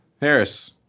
Harris